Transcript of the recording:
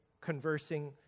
conversing